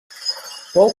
fou